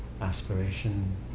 aspiration